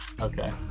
okay